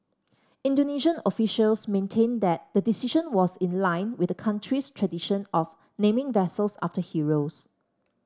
Indonesian officials maintained that the decision was in line with the country's tradition of naming vessels after heroes